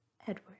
Edward